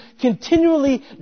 continually